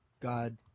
God